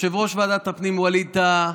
יושב-ראש ועדת הפנים ווליד טאהא